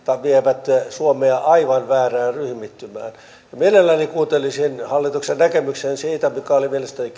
vievät suomea aivan väärään ryhmittymään mielelläni kuuntelisin hallituksen näkemyksen siitä mikä oli mielestäni